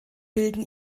bilden